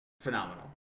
phenomenal